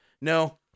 No